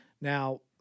Now